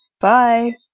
Bye